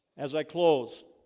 as i close